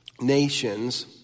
nations